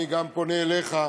אני פונה גם אליך.